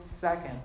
seconds